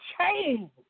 change